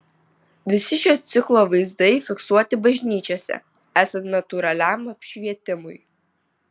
visi šio ciklo vaizdai fiksuoti bažnyčiose esant natūraliam apšvietimui